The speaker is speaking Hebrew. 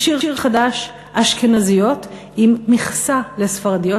ב"שיר חדש" אשכנזיות עם מכסה לספרדיות,